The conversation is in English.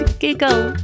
giggle